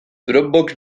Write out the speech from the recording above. dropbox